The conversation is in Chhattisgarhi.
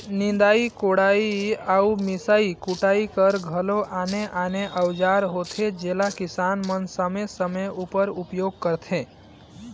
निदई कोड़ई अउ मिसई कुटई कर घलो आने आने अउजार होथे जेला किसान मन समे समे उपर उपियोग करथे